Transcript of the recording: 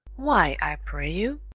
why, i pray you?